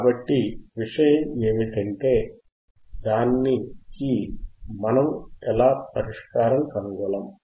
కాబట్టి విషయం ఏమిటంటే దానికి మనము ఎలా పరిష్కారం కనుగొనగలం